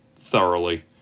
thoroughly